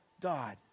died